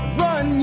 run